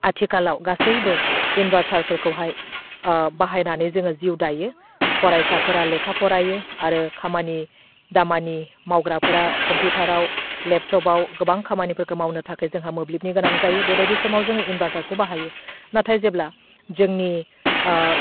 आथिखालाव गासैबो इनभारटारफोरखौहाय बाहायनानै जोङो जिउ दायो फरायसाफोरा लेखा फरायो आरो खामानि दामानि मावग्राफोरा कम्पिउटाराव लेपटपआव गोबां खामानिफोरखौ मावनो थाखाय जोंहा मोब्लिबनि गोनां जायो बेबायदि समाव जोङो इनभारटारखौ बाहायो नाथाय जेब्ला जोंनि